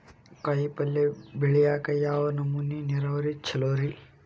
ಕಾಯಿಪಲ್ಯ ಬೆಳಿಯಾಕ ಯಾವ್ ನಮೂನಿ ನೇರಾವರಿ ಛಲೋ ರಿ?